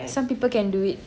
some people can do it